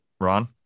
Ron